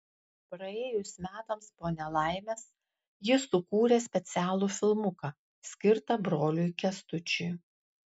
praėjus metams po nelaimės ji sukūrė specialų filmuką skirtą broliui kęstučiui